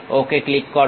ওকে click করো